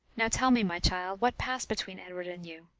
now tell me, my child, what passed between edward and you.